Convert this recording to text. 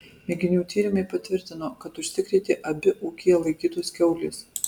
mėginių tyrimai patvirtino kad užsikrėtė abi ūkyje laikytos kiaulės